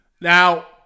Now